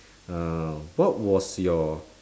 uh what was your